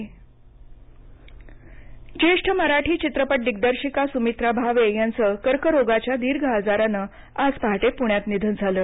भावे ज्येष्ठ मराठी चित्रपट दिग्दर्शिका सुमित्रा भावे यांचं कर्करोगाच्या दीर्घ आजारानं आज पहाटे पण्यात निधन झालं